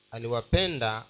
Aliwapenda